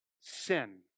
sin